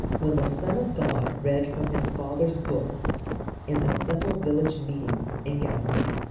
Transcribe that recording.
when the son of god read from his father's book in the simple village meeting in galilee.